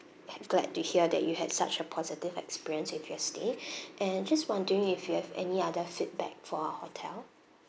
have glad to hear that you had such a positive experience with your stay and just wondering if you have any other feedback for our hotel